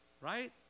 Right